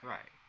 Right